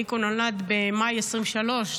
ניקו נולד במאי 2023,